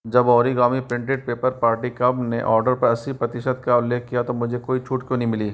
जब origami printed paper party कब ने ओर्डर पर अस्सी प्रतिशत का उल्लेख किया तो मुझे कोई छूट क्यों नहीं मिली